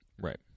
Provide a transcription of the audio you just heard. Right